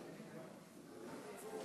איתן ברושי,